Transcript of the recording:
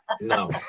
No